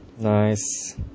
Nice